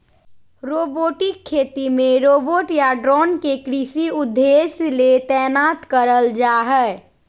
robotic खेती मे robot या ड्रोन के कृषि उद्देश्य ले तैनात करल जा हई